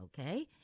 Okay